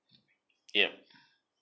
yup